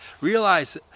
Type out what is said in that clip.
Realize